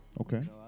Okay